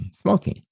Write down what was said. smoking